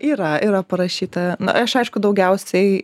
yra yra parašyta na aš aišku daugiausiai